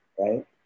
right